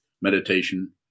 meditation